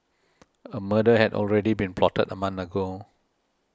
a murder had already been plotted a month ago